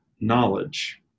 knowledge